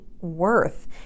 worth